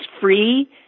free